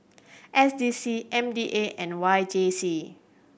S D C M D A and Y J C